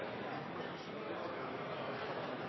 det skulle bare